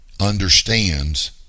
understands